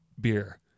Beer